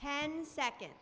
ten seconds